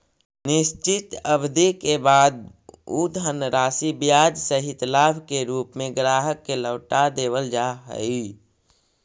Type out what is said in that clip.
निश्चित अवधि के बाद उ धनराशि ब्याज सहित लाभ के रूप में ग्राहक के लौटा देवल जा हई